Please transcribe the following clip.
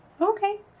Okay